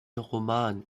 roman